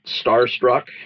starstruck